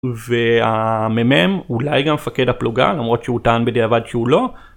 והמ״מ אולי גם מפקד הפלוגה למרות שהוא טען בדיעבד שהוא לא.